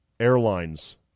Airlines